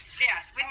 Yes